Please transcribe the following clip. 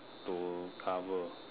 to cover